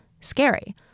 scary